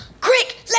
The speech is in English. Quick